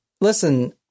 listen